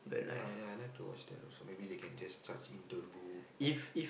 ya ya I like to watch that also maybe they can just charge into bull